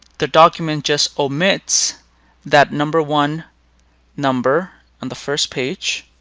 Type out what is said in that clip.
the document just omits that number one number on the first page,